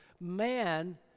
Man